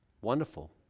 Wonderful